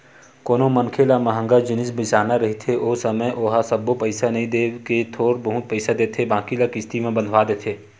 कोनो मनखे ल मंहगा जिनिस बिसाना रहिथे ओ समे ओहा सबो पइसा नइ देय के थोर बहुत पइसा देथे बाकी ल किस्ती म बंधवा देथे